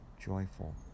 joyful